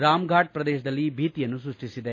ರಾಮ್ಘಾಟ್ ಪ್ರದೇಶದಲ್ಲಿ ಭೀತಿಯನ್ನು ಸೃಷ್ಟಿಸಿದೆ